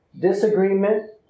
disagreement